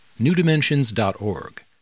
newdimensions.org